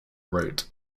route